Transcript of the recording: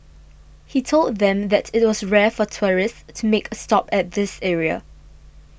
he told them that it was rare for tourists to make a stop at this area